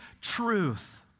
truth